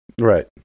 Right